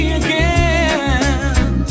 again